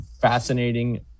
fascinating